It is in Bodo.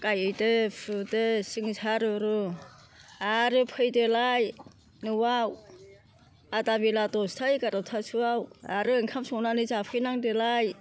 गायदो फुदो सिं सारु रु आरो फैदोलाय न'आव आदा बेला दस्था एगार'थासोआव आरो ओंखाम संनानै जाफैनांदोलाय